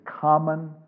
common